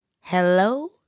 Hello